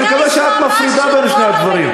אני מקווה שאת מפרידה בין שני הדברים.